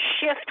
shift